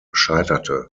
scheiterte